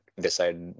decide